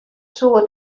soe